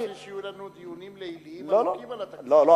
אני מתאר לעצמי שיהיו לנו עוד דיונים ליליים ארוכים על התקציב.